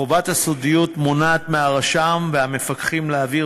חובת הסודיות מונעת מהרשם והמפקחים להעביר